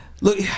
Look